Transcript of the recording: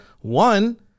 One